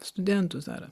studentus dar